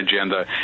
agenda